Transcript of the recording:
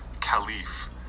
caliph